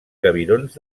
cabirons